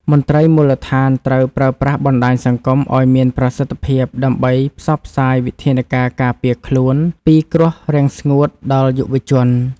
មន្ត្រីមូលដ្ឋានត្រូវប្រើប្រាស់បណ្តាញសង្គមឱ្យមានប្រសិទ្ធភាពដើម្បីផ្សព្វផ្សាយវិធានការការពារខ្លួនពីគ្រោះរាំងស្ងួតដល់យុវជន។